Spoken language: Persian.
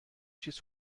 چیز